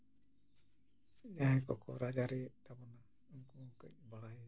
ᱡᱟᱦᱟᱸ ᱠᱚᱠᱚ ᱨᱟᱡᱽ ᱟᱹᱨᱤᱭᱮᱜ ᱛᱟᱵᱚᱱᱟ ᱩᱱᱠᱩ ᱦᱚᱸ ᱵᱟᱲᱟᱭ